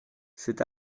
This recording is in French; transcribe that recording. cet